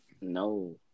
No